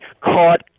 caught